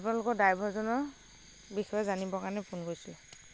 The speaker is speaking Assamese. আপোনালোকৰ ড্ৰাইভৰজনৰ বিষয়ে জানিবৰ কাৰণে ফোন কৰিছিলোঁ